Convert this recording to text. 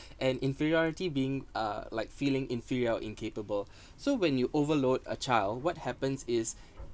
and inferiority being uh like feeling inferior or incapable so when you overload a child what happens is